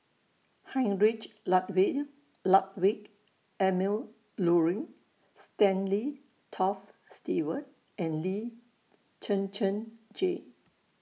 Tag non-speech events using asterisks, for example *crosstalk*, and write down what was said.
Heinrich *unintelligible* Ludwig Emil Luering Stanley Toft Stewart and Lee Zhen Zhen Jane